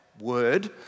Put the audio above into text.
word